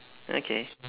okay